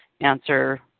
answer